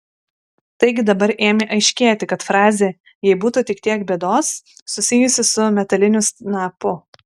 taigi dabar ėmė aiškėti kad frazė jei būtų tik tiek bėdos susijusi su metaliniu snapu